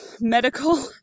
medical